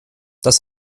das